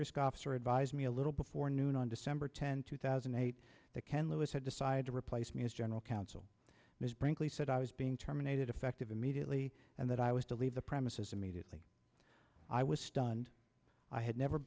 risk officer advised me a little before noon on december tenth two thousand and eight that ken lewis had decided to replace me as general counsel ms brinkley said i was being terminated effective immediately and that i was to leave the premises immediately i was stunned i had never